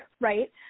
right